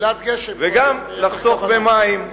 וגם לחסוך במים,